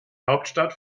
hauptstadt